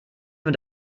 nur